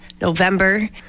November